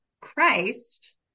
Christ